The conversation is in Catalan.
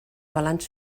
balanç